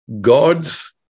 God's